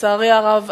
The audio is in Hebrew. לצערי הרב,